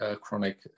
chronic